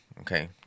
okay